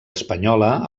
espanyola